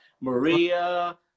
Maria